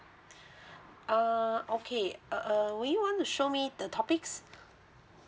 uh okay uh uh do you want to show me the topics